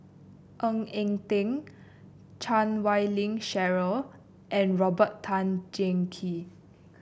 Ng Eng Teng Chan Wei Ling Cheryl and Robert Tan Jee Keng